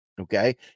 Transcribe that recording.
okay